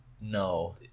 No